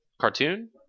cartoon